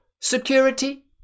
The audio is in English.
security